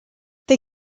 they